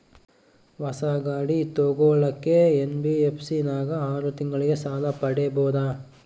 ಹೊಸ ಗಾಡಿ ತೋಗೊಳಕ್ಕೆ ಎನ್.ಬಿ.ಎಫ್.ಸಿ ನಾಗ ಆರು ತಿಂಗಳಿಗೆ ಸಾಲ ಪಡೇಬೋದ?